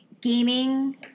gaming